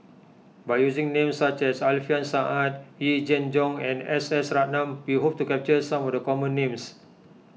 by using names such as Alfian Sa'At Yee Jenn Jong and S S Ratnam we hope to capture some of the common names